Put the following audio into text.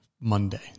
Monday